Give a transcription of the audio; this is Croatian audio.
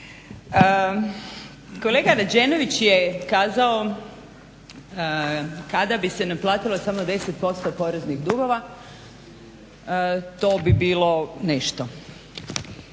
Kolega Rađenović je kazao, kada bi se naplatilo samo 10% poreznih dugova to bi bilo nešto.